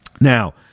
Now